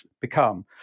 become